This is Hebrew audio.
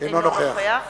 אינו נוכח